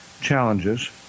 challenges